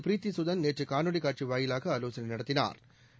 பிரித்தி சுதன் நேற்று காணொலி காட்சி வாயிலாக ஆலோசனை நடத்தினாா்